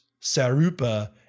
Sarupa